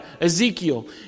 Ezekiel